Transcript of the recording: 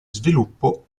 sviluppo